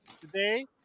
today